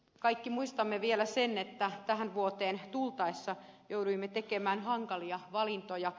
kaikki muistamme vielä sen että tähän vuoteen tultaessa jouduimme tekemään hankalia valintoja